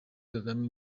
kagame